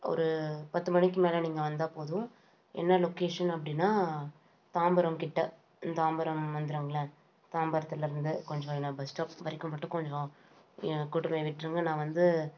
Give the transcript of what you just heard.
ஒரு பத்து மணிக்கு மேலே நீங்கள் வந்தால் போதும் என்ன லொக்கேசன் அப்படினா தாம்பரம் கிட்டே தாம்பரம் வந்துடுங்களேன் தாம்பரத்துலிருந்து கொஞ்சம் என்னை பஸ் ஸ்டாப் வரைக்கும் கொஞ்சம் கூட்டிப்போய் விட்டிருங்க நான் வந்து